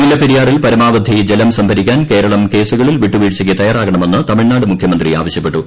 മുല്ലപ്പെരിയാറിൽ പരമാവധി ജലം സംഭരിക്കാൻ ക്ലേരളം കേസുകളിൽ വിട്ടുവീഴ്ചയ്ക്ക് തയാറാകണമെന്ന് ത്രിഴ്നാട് മുഖ്യമന്ത്രി ആവ ശ്യപ്പെട്ടു